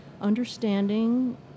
understanding